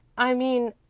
i mean,